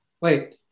Wait